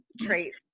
traits